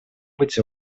быть